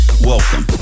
Welcome